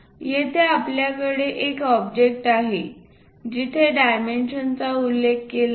येथे आपल्याकडे एक ऑब्जेक्ट आहे जिथे डायमेन्शनचा उल्लेख केला आहे